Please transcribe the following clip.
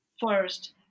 first